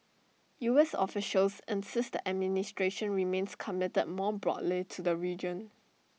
U S officials insist the administration remains committed more broadly to the region